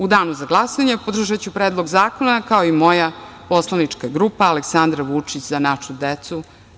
U danu za glasanje podržaću predlog zakona, kao i moja poslanička grupa Aleksandar Vučić – Za našu decu.